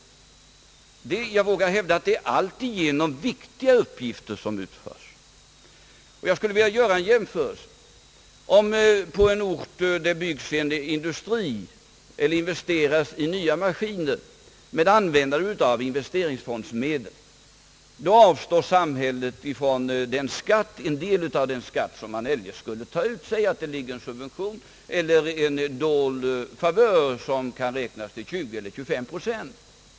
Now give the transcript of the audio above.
Jag vågar hävda att det är alltigenom viktiga uppgifter som nu utförs. Jag skulle vilja göra en jämförelse. Om det på en ort byggs en industri eller investeras i nya maskiner med användande av investeringsfondsmedel, avstår samhället från en del av den skatt som eljest skulle tas ut. Säg att det däri ligger en subvention eller en dold favör som kan beräknas till 20 eller 25 procent.